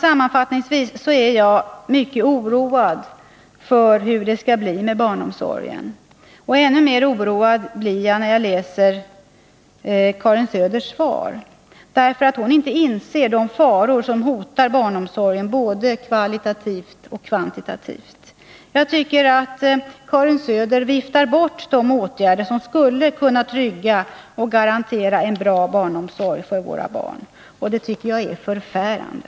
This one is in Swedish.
Sammanfattningsvis vill jag säga att jag är mycket oroad för barnomsorgen. Ännu mer oroad blir jag, när jag läser Karin Söders svar. Hon inser nämligen inte de faror som hotar barnomsorgen både kvantitativt och kvalitativt. Karin Söder viftar bort de åtgärder som skulle kunna garantera en bra barnomsorg. Det tycker jag är förfärande.